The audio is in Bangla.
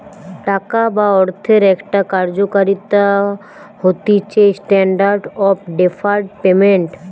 টাকা বা অর্থের একটা কার্যকারিতা হতিছেস্ট্যান্ডার্ড অফ ডেফার্ড পেমেন্ট